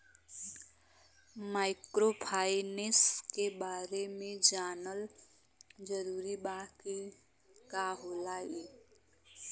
Microfinance के बारे में जानल जरूरी बा की का होला ई?